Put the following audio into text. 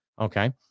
Okay